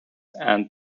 and